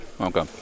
okay